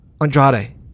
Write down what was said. Andrade